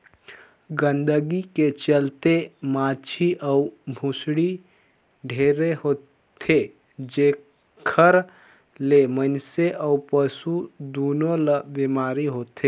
गंदगी के चलते माछी अउ भुसड़ी ढेरे होथे, जेखर ले मइनसे अउ पसु दूनों ल बेमारी होथे